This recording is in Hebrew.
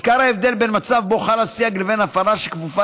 עיקר ההבדל בין מצב שבו חל הסייג לבין הפרה שכפופה